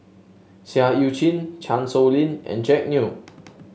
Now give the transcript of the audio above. Seah Eu Chin Chan Sow Lin and Jack Neo